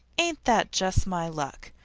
ain't that just my luck!